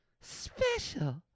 Special